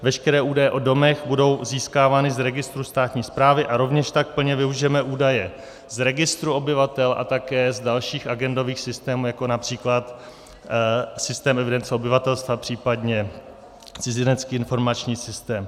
Veškeré údaje o domech budou získávány z registru státní správy a rovněž tak plně využijeme údaje z registru obyvatel a také z dalších agendových systémů, jako např. systém evidence obyvatelstva, případně cizinecký informační systém.